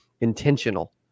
intentional